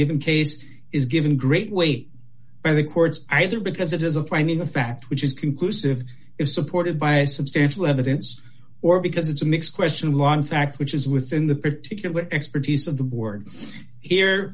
given case is given great weight by the courts either because it is a finding of fact which is conclusive is supported by substantial evidence or because it's a mix question one fact which is within the particular expertise of the board here